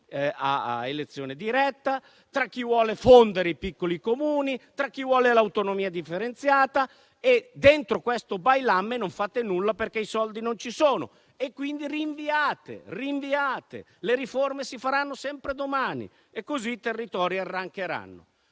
a elezione diretta, chi vuole fondere i piccoli Comuni e chi vuole l'autonomia differenziata. Dentro questo *bailamme* non fate nulla perché i soldi non ci sono e, quindi, rinviate. Le riforme si faranno sempre domani e così i territori arrancheranno.